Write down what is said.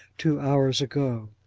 two hours ago.